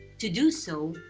to do so,